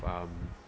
um